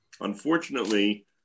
unfortunately